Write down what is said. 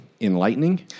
enlightening